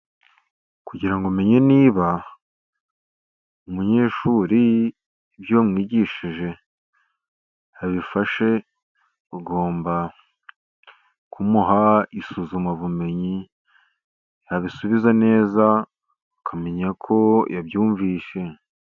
Kugira ngo umenye niba umunyeshuri ibyo wamwigishije yabifashe, ugomba kumuha isuzumabumenyi, yabisubiza neza ukamenya ko yabyumvishe.